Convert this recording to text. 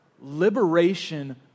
liberation